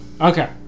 Okay